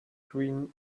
green